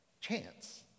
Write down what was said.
chance